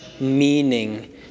meaning